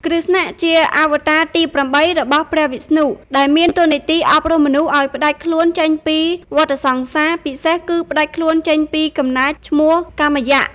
គ្រឹស្ណៈ ជាអវតារទី៨ របស់ព្រះវិស្ណុ ដែលមានតួនាទីអប់រំមនុស្សឱ្យផ្តាច់ខ្លួនចេញពីវដ្តសង្សារ ពិសេសគឺផ្តាច់ខ្លួនចេញ ពីកំណាចឈ្មោះកម្សៈ។